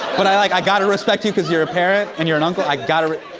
but i like, i gotta respect you cause you're a parent and you're an uncle, i gotta res